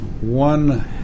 one